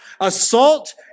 Assault